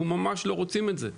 אנחנו ממש לא רוצים את זה.